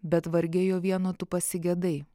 bet varge jo vieno tu pasigedai